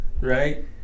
right